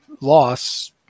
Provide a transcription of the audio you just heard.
loss